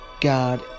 God